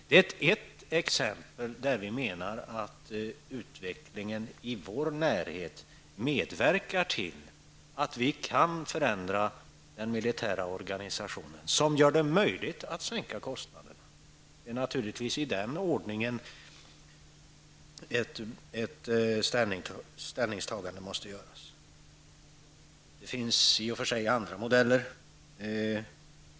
Det är ett exempel där vi menar att utvecklingen i vår närhet medverkar till att vi kan förändra den militära organisationen och gör det möjligt att sänka kostnaderna. Det är givetvis i denna ordning ett ställningstagande måste göras. Det finns i och för sig andra modeller.